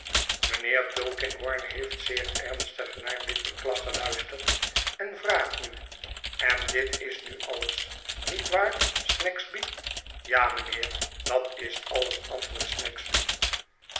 mijnheer tulkinghorn heeft zeer ernstig naar dit beklag geluisterd en vraagt nu en dit is nu alles niet waar snagsby ja mijnheer dat is alles antwoordt snagsby